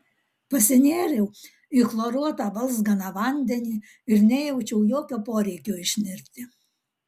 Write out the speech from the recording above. pasinėriau į chloruotą balzganą vandenį ir nejaučiau jokio poreikio išnirti